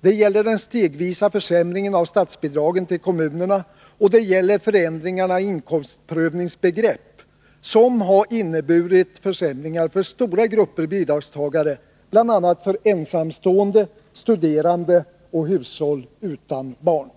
Det gäller den stegvisa försämringen av statsbidragen till kommunerna, och det gäller förändringar i inkomstprövningsbegreppet, som har inneburit försämringar för stora grupper bidragstagare, bl.a. ensamstående, studerande och hushåll utan barn.